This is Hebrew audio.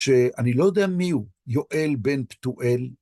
שאני לא יודע מיהו, יואל בן פתואל.